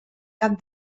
cap